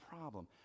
problem